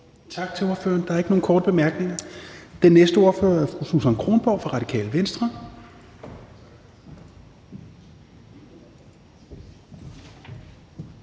Tak til ordføreren. Der er ikke nogen korte bemærkninger. Den næste ordfører er fru Susan Kronborg fra Radikale Venstre.